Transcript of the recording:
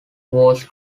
was